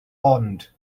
ond